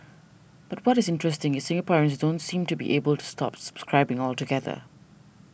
but what is interesting is Singaporeans don't seem to be able to stop subscribing altogether